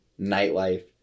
nightlife